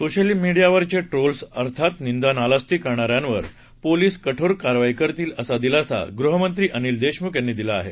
social मीडियावरचे trolls अर्थात निंदानालस्ती करणाऱ्यांवर पोलिस कठोर कारवाई असा दिलासा गृहमंत्री अनिल देशमुख यांनी दिला आहे